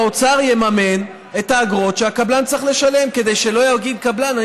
האוצר יממן את האגרות שהקבלן צריך לשלם כדי שלא יגיד הקבלן: